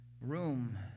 room